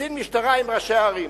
כקצין משטרה עם ראשי הערים.